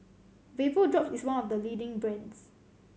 Vapodrops is one of the leading brands